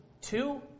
two